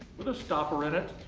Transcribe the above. with a stopper in it.